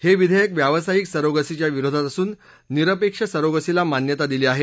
हे विधेयक व्यावसायिक सरोगसीच्या विरोधात असून निरपेक्ष सरोगसीला मान्यता दिली आहे